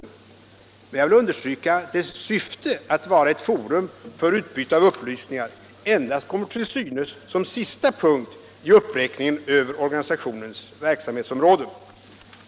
Men jag vill understryka att dess syfte att vara ett forum för utbyte av upplysningar endast kommer till synes som sista punkt i uppräkningen över organisationens verksamhetsområden.